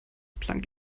planck